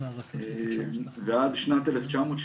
ועד שנת 1961,